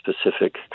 specific